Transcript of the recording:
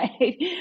right